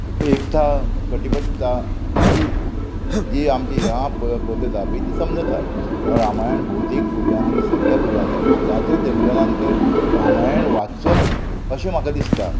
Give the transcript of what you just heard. एकता कटिबध्त्ता अशी जी आमची ह्या पद्दत आहा पय ती समजता म्हणून रामायण भोवतेक भुरग्यांनी सगळ्या भुरग्यांनी आतांच्या जनरलान तर रामायण वाच्चोच अशें म्हाका दिसता